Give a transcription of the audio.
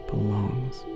belongs